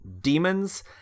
demons